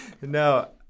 No